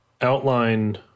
outline